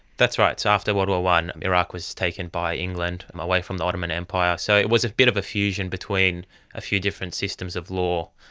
that's right. so after world war i one iraq was taken by england away from the ottoman empire. so it was a bit of a fusion between a few different systems of law.